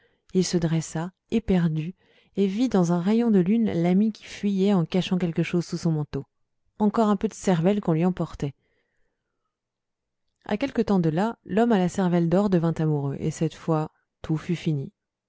il se dressa éperdu et vit dans un rayon de lune l'ami qui fuyait en cachant quelque chose sous son manteau encore un peu de cervelle qu'on lui emportait à quelque temps de là l'homme à la cervelle d'or devint amoureux et cette fois tout fut fini